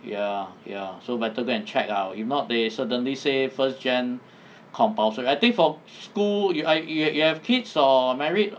ya ya so better go and check ah if not they suddenly say first jan compulsory I think for school you ah you have kids or married